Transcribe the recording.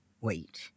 wait